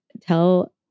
Tell